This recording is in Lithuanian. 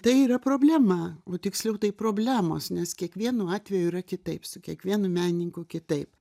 tai yra problema o tiksliau tai problemos nes kiekvienu atveju yra kitaip su kiekvienu menininku kitaip